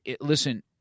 listen